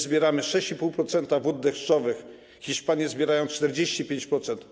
Zbieramy 6,5% wód deszczowych, Hiszpanie zbierają 45%.